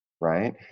Right